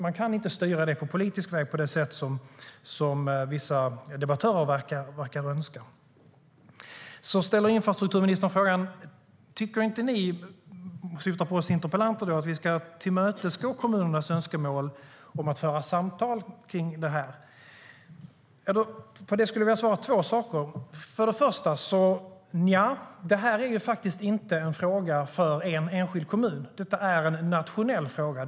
Man kan inte styra det på politisk väg på det sätt som vissa debattörer verkar önska. Infrastrukturministern ställde frågan: Tycker inte ni - syftande på oss interpellanter - att vi ska tillmötesgå kommunernas önskemål om att föra samtal kring det här? På denna fråga har jag två svar. För det första är det här faktiskt inte en fråga för en enskild kommun. Detta är en nationell fråga.